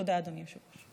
תודה, אדוני היושב-ראש.